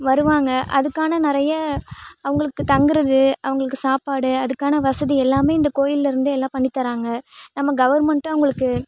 வருவாங்க அதுக்கான நிறைய அவங்களுக்கு தங்குறது அவங்களுக்கு சாப்பாடு அதுக்கான வசதி எல்லாமே இந்த கோயில்லேருந்து எல்லாம் பண்ணி தராங்க நம்ம கவர்மெண்ட் அவங்களுக்கு